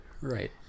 Right